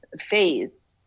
phase